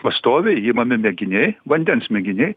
pastoviai imami mėginiai vandens mėginiai